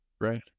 right